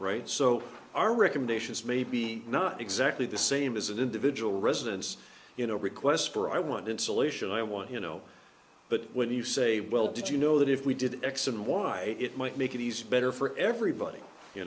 right so our recommendations maybe not exactly the same as an individual residence you know requests for i want insulation i want you know but when you say well did you know that if we did x and y it might make it easier better for everybody you